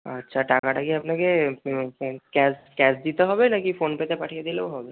আচ্ছা টাকাটা কি আপনাকে ক্যাশ ক্যাশ দিতে হবে নাকি ফোনপেতে পাঠিয়ে দিলেও হবে